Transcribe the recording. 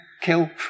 Kill